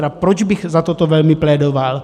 A proč bych za toto velmi plédoval?